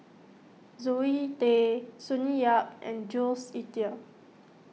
Zoe Tay Sonny Yap and Jules Itier